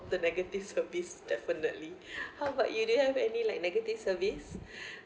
the negative service definitely how about you do you have any like negative service